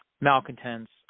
malcontents